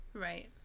Right